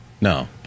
No